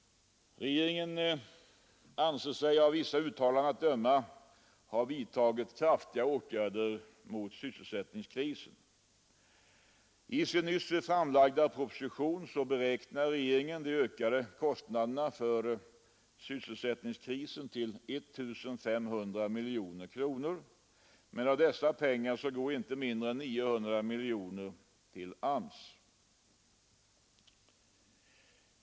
Regeringen anser sig av vissa uttalanden att döma ha vidtagit kraftfulla åtgärder mot sysselsättningskrisen. I sin nyss framlagda proposition beräknar regeringen de ökade kostnaderna för sysselsättningskrisen till 1500 miljoner kronor, men av dessa pengar går inte mindre än 900 miljoner kronor till AMS.